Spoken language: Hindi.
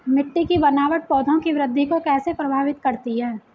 मिट्टी की बनावट पौधों की वृद्धि को कैसे प्रभावित करती है?